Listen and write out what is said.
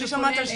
שכולל את המשטרה.